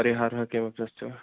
परिहारः किमपि अस्ति वा